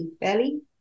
belly